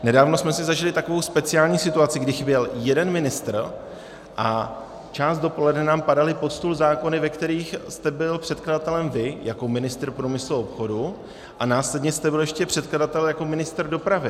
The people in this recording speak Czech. Nedávno jsme si zažili takovou speciální situaci, kdy chyběl jeden ministr a část dopoledne nám padaly pod stůl zákony, ve kterých jste byl předkladatelem vy jako ministr průmysl a obchodu, a následně jste byl ještě předkladatel jako ministr dopravy.